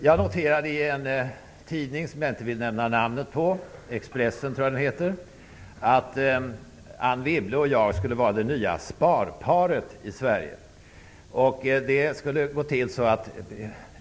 Jag noterade i en tidning, som jag inte vill nämna namnet på, Expressen tror jag att den heter, att Anne Wibble och jag skulle vara det nya sparparet i Sverige.